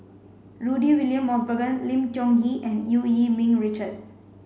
Rudy William Mosbergen Lim Tiong Ghee and Eu Yee Ming Richard